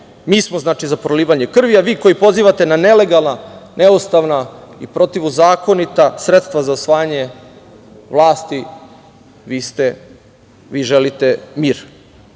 mi smo znači za prolivanje krvi, a vi koji pozivate ne nelegalna, neustavna i protivzakonita sredstva za osvajanje vlasti, vi želite mir?